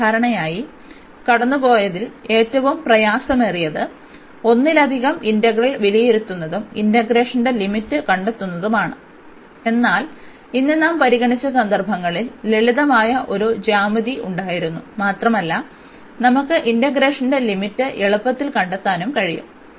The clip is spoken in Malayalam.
സാധാരണയായി കടന്നുപോയതിൽ ഏറ്റവും പ്രയാസമേറിയത് ഒന്നിലധികം ഇന്റഗ്രൽ വിലയിരുത്തുന്നതും ഇന്റഗ്രേഷന്റെ ലിമിറ്റ് കണ്ടെത്തുന്നതുമാണ്എന്നാൽ ഇന്ന് നാം പരിഗണിച്ച സന്ദർഭങ്ങളിൽ ലളിതമായ ഒരു ജ്യാമിതി ഉണ്ടായിരുന്നു മാത്രമല്ല നമുക്ക് ഇന്റഗ്രേഷന്റെ ലിമിറ്റ് എളുപ്പത്തിൽ കണ്ടെത്താനും കഴിയും